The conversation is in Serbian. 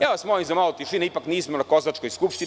Ja vas molim za malo tišine, ipak nismo na kozačkoj skupštini.